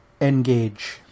engage